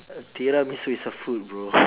tiramisu is a food bro